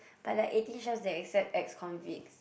but like Eighteen-Chefs they accept ex convicts